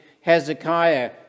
Hezekiah